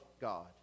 God